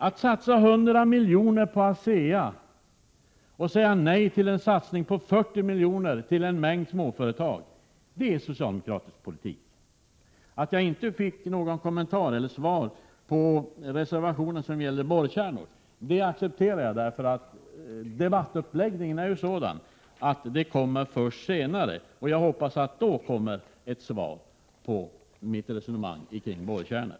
Att satsa 100 milj.kr. på ASEA och säga nej till en satsning på 40 milj.kr. till en mängd småföretag är socialdemokratisk politik. Att jag inte fick något svar i fråga om reservationen som gäller borrkärnor accepterar jag, därför att debattuppläggningen är sådan att den kommer upp senare. Jag hoppas att jag då får en kommentar till mitt resonemang kring borrkärnor.